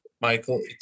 Michael